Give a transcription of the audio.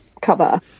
cover